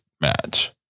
match